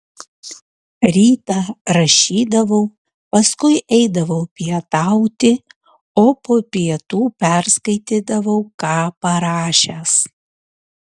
rytą rašydavau paskui eidavau pietauti o po pietų perskaitydavau ką parašęs